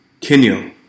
Kenyo